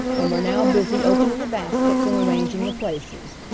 and were now busy opening the baskets and arranging the places.